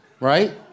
right